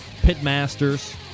Pitmasters